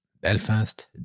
Belfast